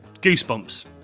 goosebumps